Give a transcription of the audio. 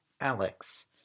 Alex